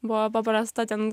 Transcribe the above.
buvo paprasta ten